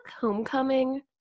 homecoming